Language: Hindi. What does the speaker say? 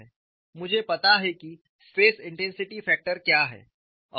मुझे पता है की स्ट्रेस इंटेंसिटी फैक्टर क्या है